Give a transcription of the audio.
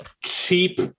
cheap